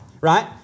right